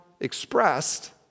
expressed